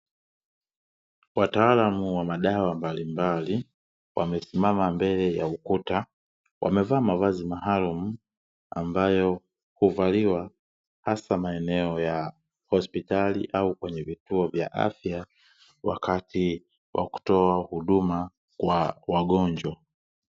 Wataalamu madawa mbalimbali, wamesimama mbele ya ukuta, wanevaa mavazi maalumu ambayo huvaliwa hasa maeneo ya hospitali au vituo vya afya wakati wa kutoa huduma kwa wagonjwa.